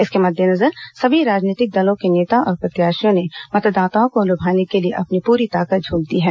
इसके मद्देनजर सभी राजनीतिक दलों के नेता और प्रत्याशियों ने मतदाताओं को लभाने के लिए अपनी पूरी ताकत झोंक दी है